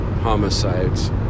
homicides